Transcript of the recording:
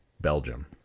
Belgium